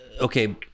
okay